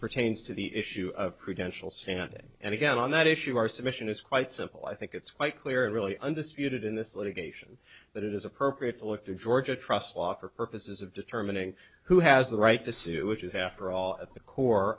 pertains to the issue of prudential standing and again on that issue our submission is quite simple i think it's quite clear and really undisputed in this litigation that it is appropriate to look to georgia trusts law for purposes of determining who has the right to sue which is after all at the core